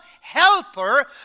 helper